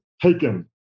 taken